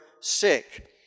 sick